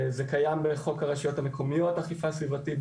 זה קיים בחוק הרשויות המקומיות אכיפה סביבתית,